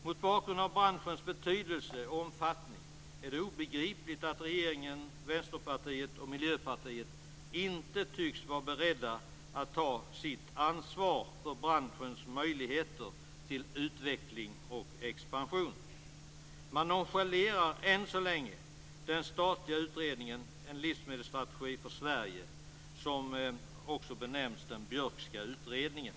Mot bakgrund av branschens betydelse och omfattning är det obegripligt att regeringen, Vänsterpartiet och Miljöpartiet inte tycks vara beredda att ta sitt ansvar för branschens möjligheter till utveckling och expansion. Man nonchalerar än så länge den statliga utredningen En livsmedelsstrategi för Sverige, den s.k. Björkska utredningen.